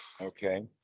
Okay